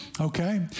Okay